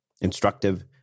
instructive